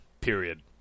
period